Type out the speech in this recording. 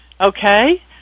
Okay